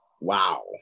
Wow